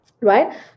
right